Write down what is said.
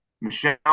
Michelle